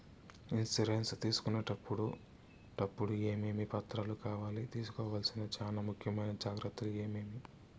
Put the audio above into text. Insurance తీసుకునేటప్పుడు టప్పుడు ఏమేమి పత్రాలు కావాలి? తీసుకోవాల్సిన చానా ముఖ్యమైన జాగ్రత్తలు ఏమేమి?